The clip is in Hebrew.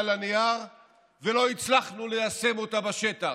על הנייר ולא הצלחנו ליישם אותה בשטח.